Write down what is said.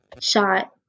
shot